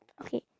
Okay